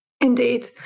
Indeed